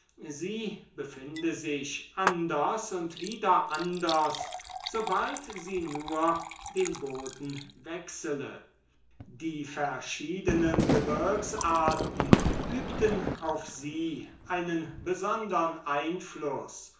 sie befinde sich anders und wieder anders sobald sie nur den boden wechsele die verschiedenen gebirgsarten übten auf sie einen besondern einfluß